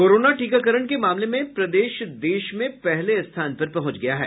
corona टीकाकरण के मामले में प्रदेश देश में पहले स्थान पर पहुंच गया है